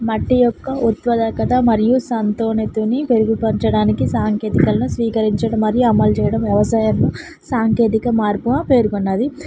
మట్టి యొక్క ఉత్వదకత మరియు సంతోనితిని మెరుగుపరచడానికి సాంకేతికలను స్వీకరించడం మరియు అమలు చేయడం వ్యవసాయాన్ని సాంకేతిక మార్పుగా పేర్కొన్నది